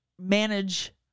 manage